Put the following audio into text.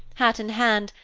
hat in hand,